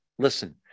Listen